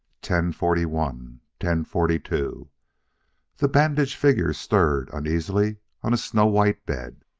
ten forty one ten forty two the bandaged figure stirred uneasily on a snow-white bed.